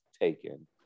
taken